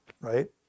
Right